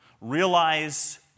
Realize